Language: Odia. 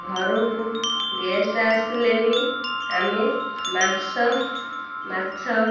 ଘରକୁ ଗେଷ୍ଟ୍ ଆସିଲେ ବି ଆମେ ମାଂସ ମାଛ